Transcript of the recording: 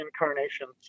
incarnations